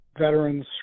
Veterans